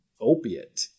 opiate